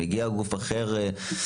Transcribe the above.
כשמגיע גוף מוכר אחר,